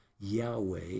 Yahweh